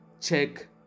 check